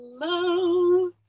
Hello